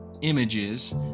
images